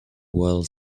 while